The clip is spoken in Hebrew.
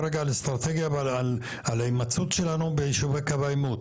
אסטרטגיה ועל ההימצאות שלנו ביישובי קו העימות.